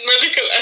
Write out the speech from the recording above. Medical